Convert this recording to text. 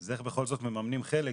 זה איך בכל זאת מממנים חלק,